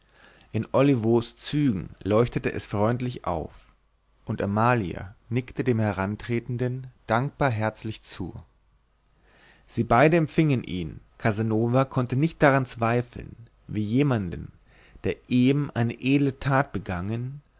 in olivos zügen leuchtete es freundlich auf und amalia nickte dem herantretenden dankbar herzlich zu sie beide empfingen ihn casanova konnte nicht daran zweifeln wie jemanden der eben eine edle tat begangen